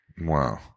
Wow